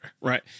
right